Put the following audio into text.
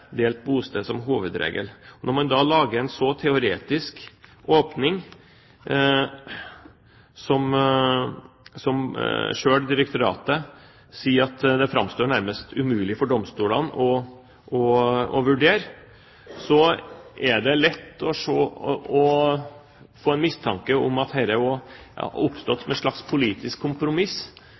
delt bosted som hovedregel, og når man da lager en så teoretisk åpning, som selv direktoratet sier at det framstår nærmest umulig for domstolene å vurdere, er det lett å få mistanke om at dette har oppstått som et slags politisk kompromiss